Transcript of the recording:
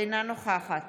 אינה נוכחת